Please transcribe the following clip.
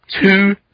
two